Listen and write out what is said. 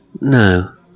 No